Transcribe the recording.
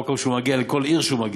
לכל מקום שהוא מגיע, לכל עיר שהוא מגיע,